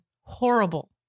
horrible